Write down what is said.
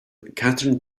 catherine